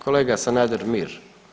Kolega Sanader, mir.